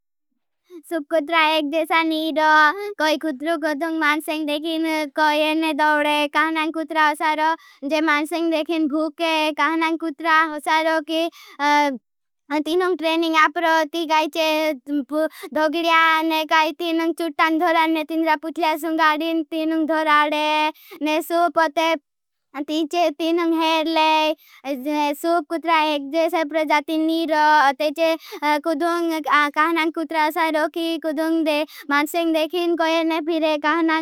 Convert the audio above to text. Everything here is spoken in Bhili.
सूप कुट्रा एक जेसा नीरो, कोई कुट्रो खोदों मांसेंग देखिन, कोई ये ने दोड़े। काहनां कुट्रा हुसारो, मुझे मांसेंग देखिन भूके, काहनां कुट्रा हुसारो, की तीनों ट्रेनिंग आपरो, ती गाईचे। धोगडिया ने, काई तीनों चुट्टा कुट्रा एक जेसा प्रजाती नीरो, कोई कुट्रो खोदों मांसेंग देखिन। कोई ये ने काहनां